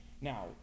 Now